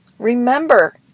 Remember